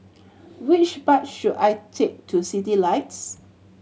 which bus should I take to Citylights